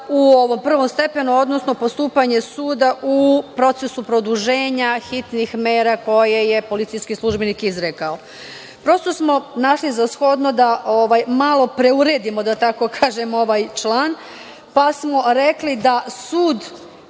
u prvom stepenu, odnosno postupanje suda u procesu produženja hitnih mera koje je policijski službenik izrekao. Prosto smo našli za shodno da malo preuredimo, da tako kažem, ovaj član, pa smo precizirali da sud